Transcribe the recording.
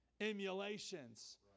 emulations